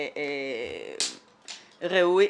ראויים,